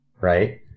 right